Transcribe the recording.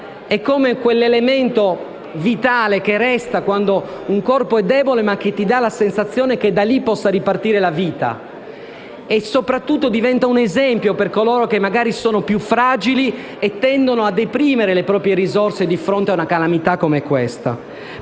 quell'elemento vitale che resta quando un corpo è debole, che dà la sensazione che da lì possa ripartire la vita. Sopratutto, rappresenta un esempio per coloro che magari sono più fragili e tendono a deprimere le proprie risorse di fronte a una calamità come questa.